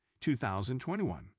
2021